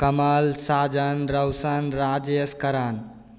Kamal Sajan Roshan Rajesh Karan